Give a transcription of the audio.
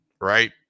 right